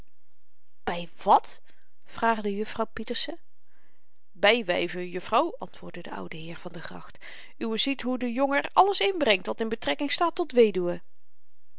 wat vraagde jufvrouw pieterse bywyven jufvrouw antwoordde de oude heer van der gracht uwe ziet hoe de jongen er alles inbrengt wat in betrekking staat tot weduwen